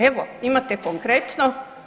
Evo, imate konkretno.